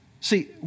See